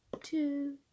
two